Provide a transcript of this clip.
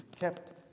kept